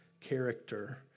character